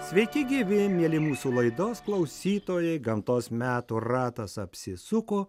sveiki gyvi mieli mūsų laidos klausytojai gamtos metų ratas apsisuko